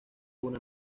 una